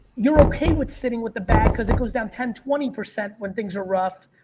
you're okay with sitting with the bag. cause it goes down ten, twenty percent when things are rough,